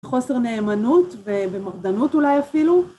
חוסר נאמנות, ובמרדנות אולי אפילו.